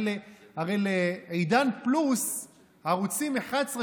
הרי לעידן פלוס ערוצים 11,